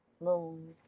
Moon